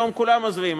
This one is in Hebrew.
היום כולם עוזבים,